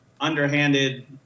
underhanded